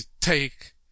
take